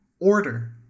order